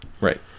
Right